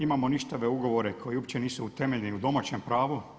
Imamo ništave ugovore koji uopće nisu utemeljeni u domaćem pravu.